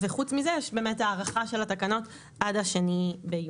וחוץ מזה יש באמת הארכה של התקנות עד ה- 2 ביוני.